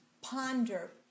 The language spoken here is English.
ponder